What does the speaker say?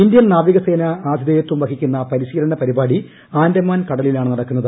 Indian നാവികസേന ആതിഥേയത്വം വഹിക്കുന്ന പരിശീലന പരിപാടി ആൻഡമാൻ കടലിലാണ് നടക്കുന്നത്